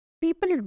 People